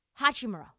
Hachimura